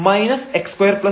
minus x2y3